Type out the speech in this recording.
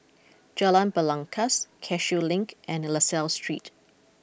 Jalan Belangkas Cashew Link and La Salle Street